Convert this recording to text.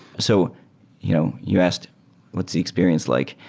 so you know you asked what's the experience like.